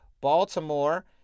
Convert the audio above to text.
Baltimore